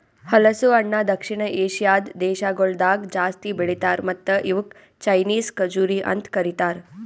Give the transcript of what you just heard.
ಹಲಸು ಹಣ್ಣ ದಕ್ಷಿಣ ಏಷ್ಯಾದ್ ದೇಶಗೊಳ್ದಾಗ್ ಜಾಸ್ತಿ ಬೆಳಿತಾರ್ ಮತ್ತ ಇವುಕ್ ಚೈನೀಸ್ ಖಜುರಿ ಅಂತ್ ಕರಿತಾರ್